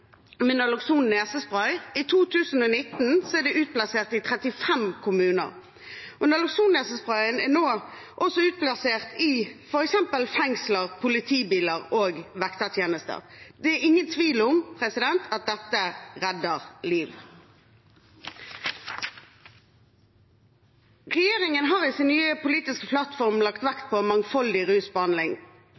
med nalokson nesespray. I 2019 er det utplassert i 35 kommuner. Nalokson nesespray er nå også utplassert i f.eks. fengsler, i politibiler og hos vektertjenester. Det er ingen tvil om at dette redder liv. Regjeringen har i sin nye politiske plattform lagt vekt på mangfoldig rusbehandling,